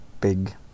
big